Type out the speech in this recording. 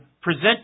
present